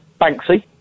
Banksy